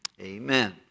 amen